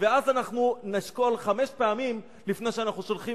ואז אנחנו נשקול חמש פעמים לפני שאנחנו שולחים